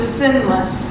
sinless